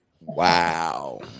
wow